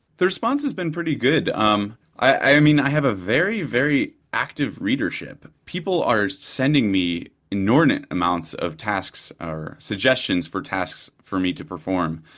the response has been pretty good. um i mean i have a very, very active readership. people are sending me inordinate amounts of tasks suggestions for tasks for me to perform.